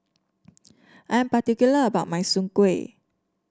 I am particular about my Soon Kueh